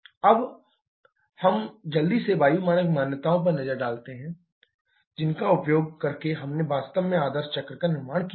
अब हम जल्दी से वायु मानक मान्यताओं पर नजर डालते हैं जिनका उपयोग करके हमने वास्तव में आदर्श चक्र का निर्माण किया है